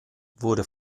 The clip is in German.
wurde